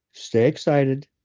stay excited,